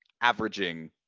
averaging